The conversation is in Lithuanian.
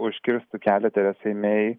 užkirstų kelią teresai mei